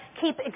keep